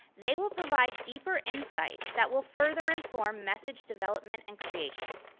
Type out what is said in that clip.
they will provide deeper inside that will further inform message development and creation.